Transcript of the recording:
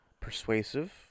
persuasive